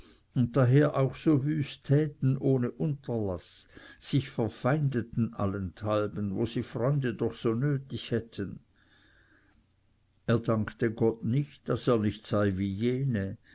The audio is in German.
und da her auch so wüst täten ohne unterlaß sich verfeindeten allenthalben wo sie freunde doch so nötig hätten er dankte gott nicht daß er nicht sei wie jene